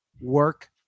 work